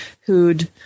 who'd